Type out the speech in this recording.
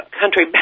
country